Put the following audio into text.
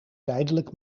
tijdelijk